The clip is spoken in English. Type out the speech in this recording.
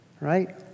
right